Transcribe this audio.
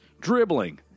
dribbling